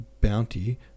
bounty